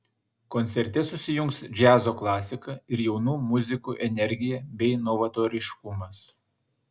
koncerte susijungs džiazo klasika ir jaunų muzikų energija bei novatoriškumas